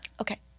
Okay